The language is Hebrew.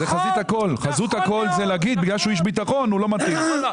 חזות הכול זה להגיד שבגלל שהוא איש ביטחון הוא לא מתאים.